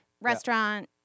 Restaurant